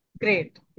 great